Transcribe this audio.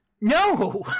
no